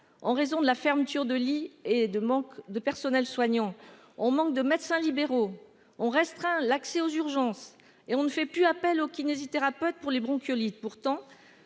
en raison de la fermeture de lits et de manque de personnel soignant, on manque de médecins libéraux ont restreint l'accès aux urgences et on ne fait plus appel au kinésithérapeute pour les bronchiolites, pourtant,